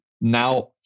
Now